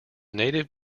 native